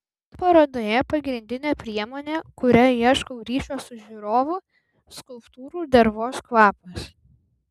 šioje parodoje pagrindinė priemonė kuria ieškau ryšio su žiūrovu skulptūrų dervos kvapas